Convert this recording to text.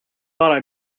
thought